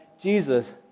Jesus